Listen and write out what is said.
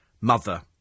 mother